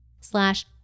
slash